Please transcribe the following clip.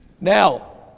Now